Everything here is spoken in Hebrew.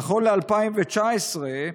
נכון ל-2019,